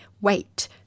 Wait